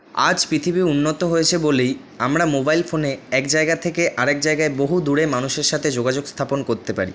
আজ পৃথিবী উন্নত হয়েছে বলেই আমরা মোবাইল ফোনে এক জায়গা থেকে আরেক জায়গায় বহু দূরে মানুষের সাথে যোগাযোগ স্থাপন করতে পারি